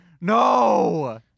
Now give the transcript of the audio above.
no